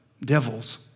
devils